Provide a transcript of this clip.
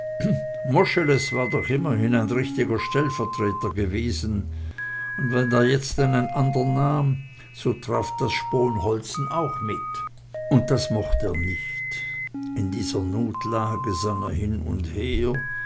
moscheles war doch immerhin ein richtiger stellvertreter gewesen und wenn er jetzt einen andern nahm so traf das sponholzen auch mit und das mocht er nicht in dieser notlage sann er hin und her